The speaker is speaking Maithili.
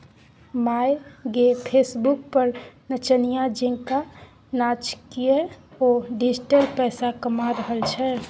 माय गे फेसबुक पर नचनिया जेंका नाचिकए ओ डिजिटल पैसा कमा रहल छै